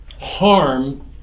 harm